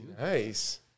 nice